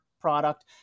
product